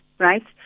Right